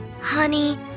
honey